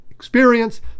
Experience